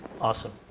Awesome